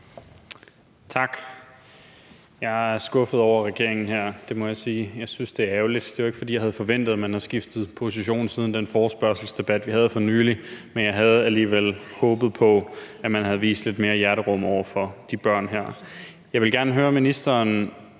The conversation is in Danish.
Tak. Jeg er skuffet over regeringen her – det må jeg sige. Jeg synes også, det er ærgerligt. Men det var ikke, fordi jeg havde forventet, at man havde skiftet position siden den forespørgselsdebat, vi havde for nylig. Men jeg havde alligevel håbet på, at man havde vist lidt mere hjerterum over for de her børn. Jeg vil gerne høre ministeren,